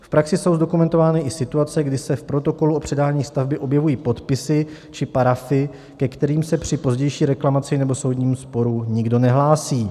V praxi jsou zdokumentovány i situace, kdy se v protokolu o předání stavby objevují podpisy či parafy, ke kterým se při pozdější reklamaci nebo soudním sporu nikdo nehlásí.